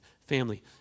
Family